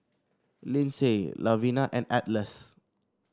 Lyndsey Lavina and Atlas